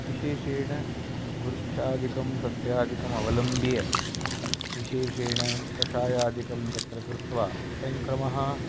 विशेषेण वृक्षादिकं सस्यादिकम् अवलम्ब्य विशेषेण कषायादिकं तत्र कृत्वा अयं क्रमः